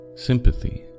Sympathy